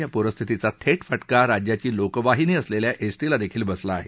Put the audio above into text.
या पूरपरिस्थितीचा थेट फटका राज्याची लोकवाहिनी असलेल्या एसटीलादेखील बसला आहे